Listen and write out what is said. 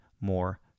more